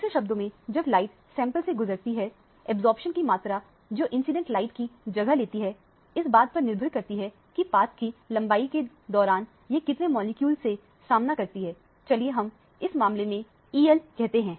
दूसरे शब्दों में जब लाइट सैंपल से गुजरती है अब्जॉर्प्शन की मात्रा जो इंसिडेंट लाइट की जगह लेती है इस बात पर निर्भर करती है कि पथ की लंबाई के दौरान यह कितने मॉलिक्यूल से सामना करती है चलिए हम इस मामले में 1 कहते हैं